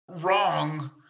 wrong